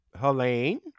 Helene